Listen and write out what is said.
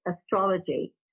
astrology